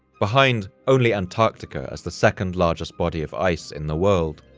behind only antarctica as the second largest body of ice in the world.